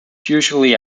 usually